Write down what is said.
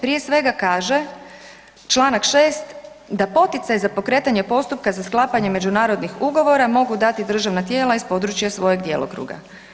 Prije svega kaže Članak 6. da poticaj za pokretanje postupka za sklapanje međunarodnih ugovora mogu dati državna tijela iz područja svojeg djelokruga.